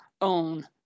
own